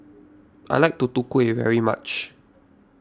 I like Tutu Kueh very much